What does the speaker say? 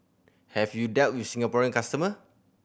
have you dealt with the Singaporean customer